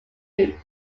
used